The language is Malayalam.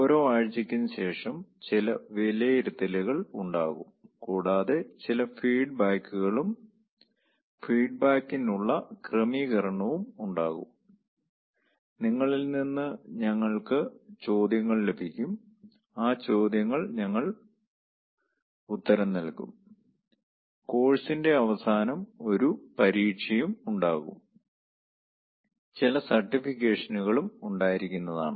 ഓരോ ആഴ്ചയ്ക്കും ശേഷം ചില വിലയിരുത്തലുകൾ ഉണ്ടാകും കൂടാതെ ചില ഫീഡ്ബാക്കുകളും ഫീഡ്ബാക്കിനുള്ള ക്രമീകരണവും ഉണ്ടാകും നിങ്ങളിൽ നിന്ന് ഞങ്ങൾക്ക് ചോദ്യങ്ങൾ ലഭിക്കും ആ ചോദ്യങ്ങൾക്ക് ഞങ്ങൾ ഉത്തരം നൽകും കോഴ്സിന്റെ അവസാനം ഒരു പരീക്ഷയും ഉണ്ടാകും ചില സർട്ടിഫിക്കേഷനുകളും ഉണ്ടായിരിക്കുന്നതാണ്